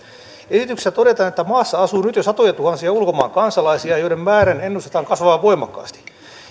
esityksessä todetaan että maassa asuu nyt jo satojatuhansia ulkomaan kansalaisia joiden määrän ennustetaan kasvavan voimakkaasti